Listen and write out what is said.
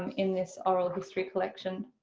in this oral history collection,